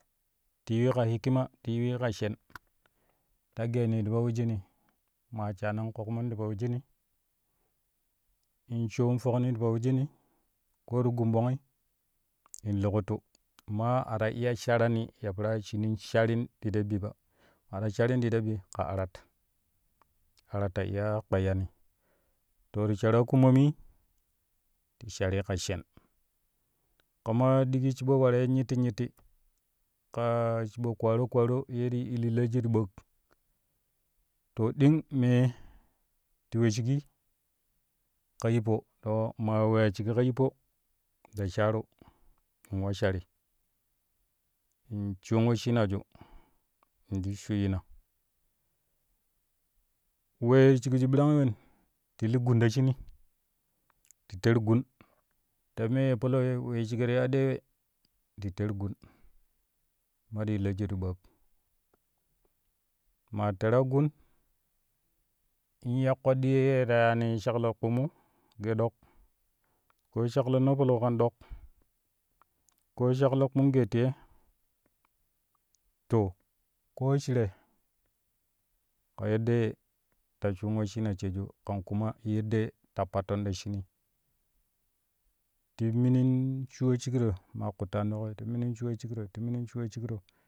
Ti yiwi ka hikima ti yiwi ka shen ta geeni ta po wijini maa shana ƙoƙman ti po wijini in shwun fokni to po wijini koo ti gun ɓongi in luƙuttu maa a ta iya sharani ya peraa shinin sharin te ta bi ba maa ta sharin ti ta bi ka arat, arat ta iya kpeyyani to ti shaw akumomi to shari ka shen kuma ɗigi shiɓo ware ye nyitti nyitti ka shiɓo kwaro kwarye ti illiloju ti ɓaak to ɗing mee ye ti we shigi ka yippo to maa weyaa shigi ka yippo ta sharu in wa shari in shiwon wesshinaju in ti shuyyina wee shikju ɓarangi wen ti li gun ta shunii ti ter gun ta mee palau ye wee shigoro aɗewe ti ter gun kuma te illoju ti ɓaak maa tera gun in ya keɗɗinee ye la yaani shaklo kpumu geeɗok koo shaklo naapalau kan ɗok koo shaklo kpumu gee tiye to koo shire ke yaddee ta shuun wesshina sheeju kan kuma yaddee ta patton ta shunii te minin shuwo shikro maa kuttan ti kwi ti minin shuwo shikro, te minin shuwo shikro.